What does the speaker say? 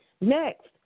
Next